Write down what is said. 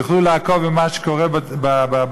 יוכלו לעקוב אחרי מה שקורה בשטח.